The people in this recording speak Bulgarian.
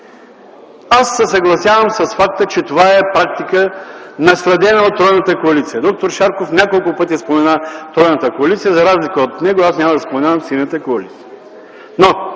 Аз се съгласявам с факта, че това е практика, наследена от тройната коалиция. Доктор Шарков няколко пъти спомена тройната коалиция. За разлика от него, аз няма да споменавам Синята коалиция.